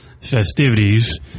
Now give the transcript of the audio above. festivities